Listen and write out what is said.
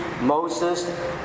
Moses